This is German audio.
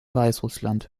weißrussland